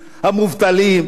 המובטלים.